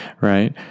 right